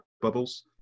bubbles